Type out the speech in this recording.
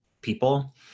people